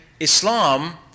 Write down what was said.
Islam